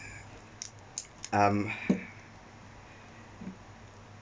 um